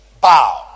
bow